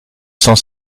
cent